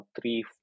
three